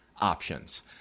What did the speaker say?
options